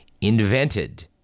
invented